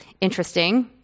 interesting